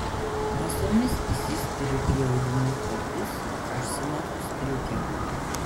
basomis įsispiriu į aulinius batus užsimetu striukę